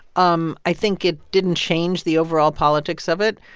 um i think it didn't change the overall politics of it,